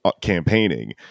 campaigning